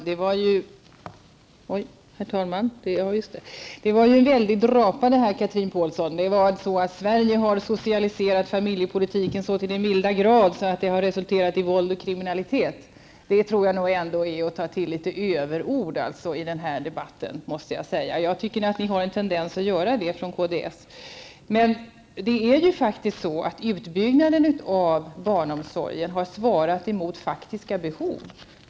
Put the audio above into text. Herr talman! Detta var en väldig drapa, Chatrine Pålsson. Den gick ut på att Sverige har socialiserat familjepolitiken så till den milda grad att det har resulterat i våld och kriminalitet. Det tror jag ändå är att ta till överord i denna debatt. Och jag tycker att ni i kds har en tendens att göra det. Utbyggnaden av barnomsorgen har svarat mot faktiska behov.